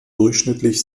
durchschnittlich